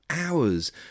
hours